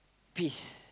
peace